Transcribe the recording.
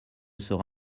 sera